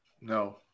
No